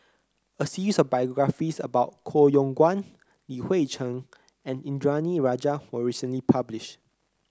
a series of biographies about Koh Yong Guan Li Hui Cheng and Indranee Rajah was recently published